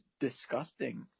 disgusting